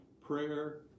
prayer